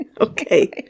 Okay